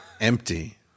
empty